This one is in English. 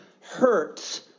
hurts